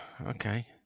Okay